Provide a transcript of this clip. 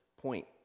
point